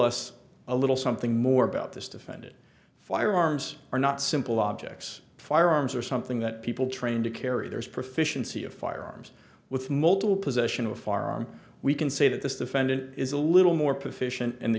us a little something more about this defendant firearms are not simple objects firearms are something that people trained to carry there's proficiency of firearms with multiple possession of a firearm we can say that this defendant is a little more proficient in the